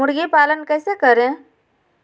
मुर्गी पालन कैसे करें?